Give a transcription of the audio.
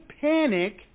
panic